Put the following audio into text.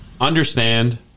understand